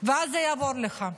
ואז זה יעבור לך.